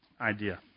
idea